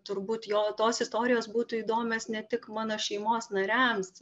turbūt jo tos istorijos būtų įdomios ne tik mano šeimos nariams